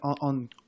on